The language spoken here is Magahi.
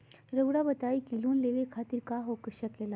रउआ बताई की लोन लेवे खातिर काका हो सके ला?